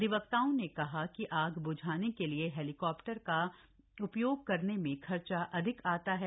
अधिवक्ताओं ने कहा कि आग ब्झाने के लिए हेलीकाप्टर का उपयोग कर में खर्चा अधिक आता है